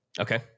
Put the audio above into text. Okay